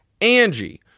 angie